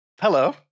hello